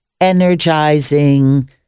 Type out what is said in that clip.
energizing